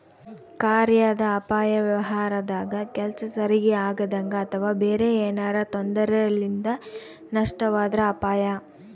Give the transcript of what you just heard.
ಕಾರ್ಯಾದ ಅಪಾಯ ವ್ಯವಹಾರದಾಗ ಕೆಲ್ಸ ಸರಿಗಿ ಆಗದಂಗ ಅಥವಾ ಬೇರೆ ಏನಾರಾ ತೊಂದರೆಲಿಂದ ನಷ್ಟವಾದ್ರ ಅಪಾಯ